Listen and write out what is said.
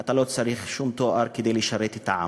אתה לא צריך שום תואר כדי לשרת את העם.